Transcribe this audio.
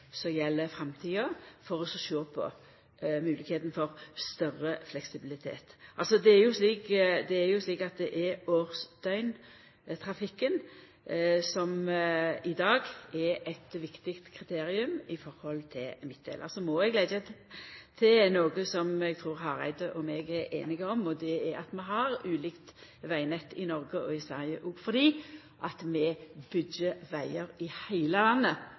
framtida, for å sjå på høvet til større fleksibilitet. Det er jo slik at det er årsdøgntrafikken som i dag er eit viktig kriterium med omsyn til midtdelarar. Og så må eg leggja til noko som eg trur Hareide og eg er einige om, og det er at vi har ulikt vegnett i Noreg og i Sverige. Vi byggjer vegar i heile landet